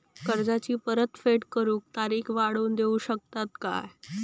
कर्जाची परत फेड करूक तारीख वाढवून देऊ शकतत काय?